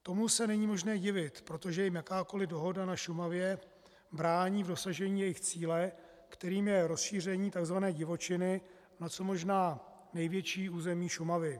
Tomu se není možné divit, protože jim jakákoli dohoda na Šumavě brání v dosažení jejich cíle, kterým je rozšíření tzv. divočiny na co možná největší území Šumavy.